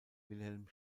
wilhelm